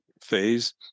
phase